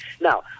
Now